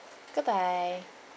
goodbye